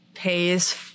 pays